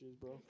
bro